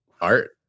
art